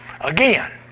Again